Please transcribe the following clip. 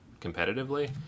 competitively